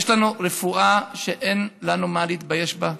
יש לנו רפואה שאין לנו מה להתבייש בה,